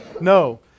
No